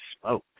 smoke